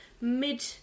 mid